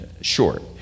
short